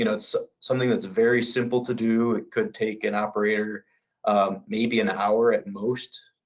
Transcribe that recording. you know so something that's very simple to do. it could take an operator maybe an hour, at most,